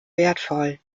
wertvoll